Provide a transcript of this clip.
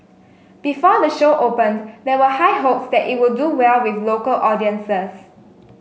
before the show opened there were high hopes that it would do well with local audiences